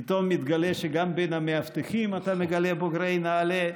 ופתאום גם בין המאבטחים אתה מגלה בוגרי נעל"ה.